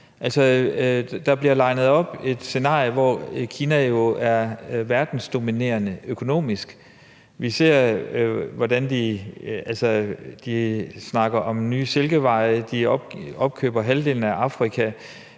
der bliver jo linet et scenarie op, hvor Kina er verdensdominerende økonomisk, vi ser, hvordan de snakker om nye Silkeveje, de opkøber halvdelen af Afrika,